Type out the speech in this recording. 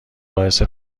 باعث